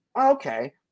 okay